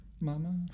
mama